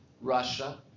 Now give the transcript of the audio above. Russia